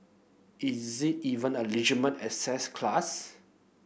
is it even a asset class